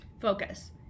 focus